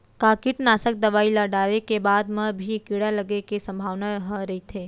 का कीटनाशक दवई ल डाले के बाद म भी कीड़ा लगे के संभावना ह रइथे?